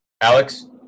Alex